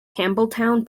campbeltown